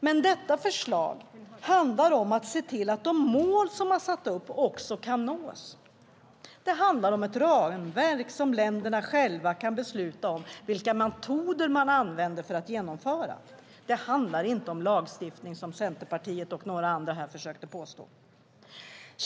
Men detta förslag handlar om att se till att nå de mål som satts upp också kan nås. Det handlar om ett ramverk som länderna själva kan besluta om när det gäller vilka metoder man ska använda för att genomföra det. Det handlar inte om lagstiftning som Centerpartiet och några andra här försökte påstå.